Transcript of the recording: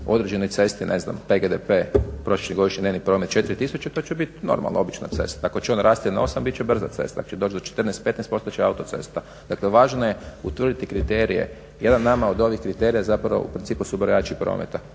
određenoj cesti ne znam PGDP prosječni godišnji dnevni promet 4 tisuće to će biti normalna, obična cesta. Ako će on rasti na 8 biti će brza cesta, ako će doći do 14, 15 postat će autocesta. Dakle, važno je utvrditi kriterije. Jedan nama od ovih kriterija zapravo u principu su brojači prometa,